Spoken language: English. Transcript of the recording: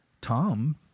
tom